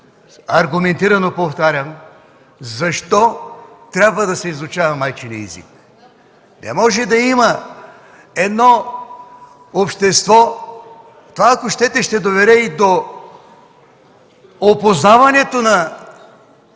аргументирано, повтарям – защо трябва да се изучава майчиният език. Не може да има едно общество – това, ако щете, ще доведе и до опознаването на